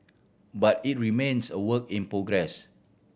but it remains a work in progress